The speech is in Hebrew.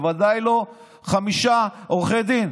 בוודאי לא חמישה עורכי דין.